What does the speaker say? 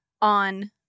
on